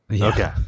Okay